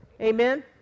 Amen